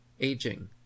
aging